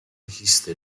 esiste